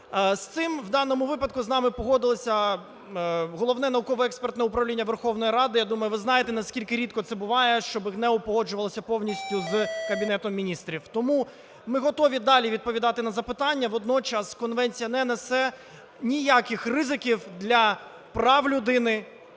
З цим, в даному випадку з нами, погодилося Головне науково-експертне управління Верховної Ради, я думаю, ви знаєте, наскільки рідко це буває, щоб ГНЕУ погоджувалось повністю з Кабінетом Міністрів. Тому ми готові далі відповідати на запитання, водночас конвенція не несе ніяких ризиків для прав людини